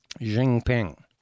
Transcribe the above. Jinping